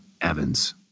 Evans